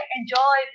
enjoy